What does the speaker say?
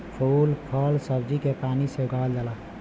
फूल फल सब्जी के पानी से उगावल जाला